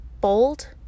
bold